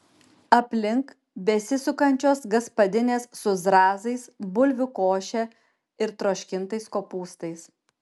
aplink besisukančios gaspadinės su zrazais bulvių koše ir troškintais kopūstais